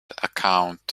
account